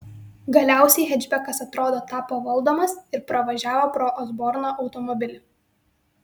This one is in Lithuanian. galiausiai hečbekas atrodo tapo valdomas ir pravažiavo pro osborno automobilį